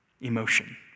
emotion